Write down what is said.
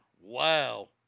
Wow